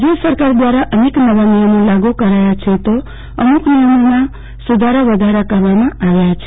રાજય સરકાર દ્રારા અનેક નવા નિયમો લાગુ કરાયા છે તો અમુક નિયમોમાં સુધારા વધારા કરવામાં આવ્યા છે